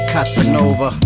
Casanova